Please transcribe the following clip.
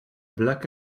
black